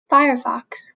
firefox